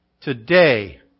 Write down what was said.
today